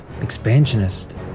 expansionist